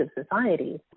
society